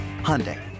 Hyundai